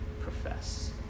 profess